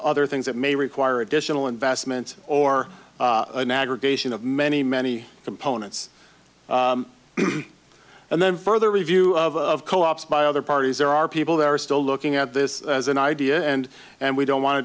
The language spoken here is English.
other things that may require additional investment or an aggregation of many many components and then further review of co ops by other parties there are people there are still looking at this as an idea and and we don't want to